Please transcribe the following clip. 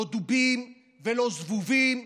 לא דובים ולא זבובים,